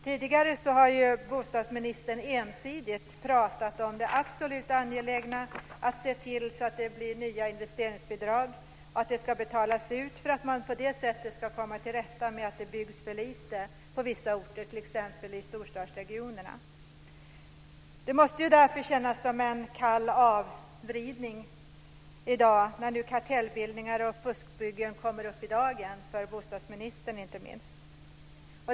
Tidigare har bostadsministern ensidigt talat om det absolut angelägna i att se till att det blir nya investeringsbidrag och att de ska betalas ut för att man på det sättet ska komma till rätta med att det byggs för lite på vissa orter, t.ex. i storstadsregionerna. Det måste därför kännas som en kalldusch när kartellbildningar och fuskbyggen nu kommer upp i dagern för inte minst bostadsministern.